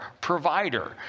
provider